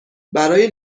برای